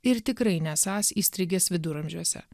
ir tikrai nesąs įstrigęs viduramžiuose